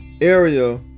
area